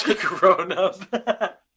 Grown-up